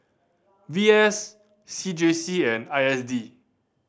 V S C J C and I S D